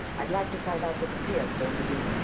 i'd like to find out what the payoff's going to be.